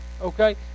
Okay